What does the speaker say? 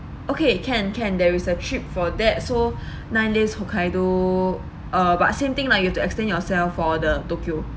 okay can can there is a trip for that so nine days hokkaido uh but same thing lah you have to extend yourself for the tokyo